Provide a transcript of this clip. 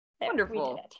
Wonderful